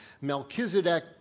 Melchizedek